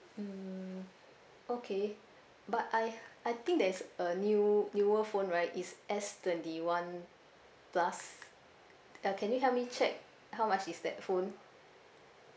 mm okay but I I think there's a new newer phone right is S twenty one plus uh can you help me check how much is that phone